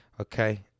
Okay